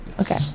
Okay